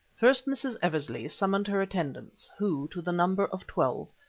first, mrs. eversley summoned her attendants, who, to the number of twelve,